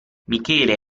michele